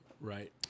Right